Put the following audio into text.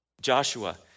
Joshua